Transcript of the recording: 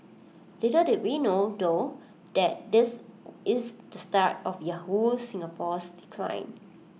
little did we know though that this is the start of Yahoo Singapore's decline